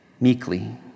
meekly